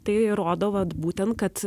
tai rodo vat būtent kad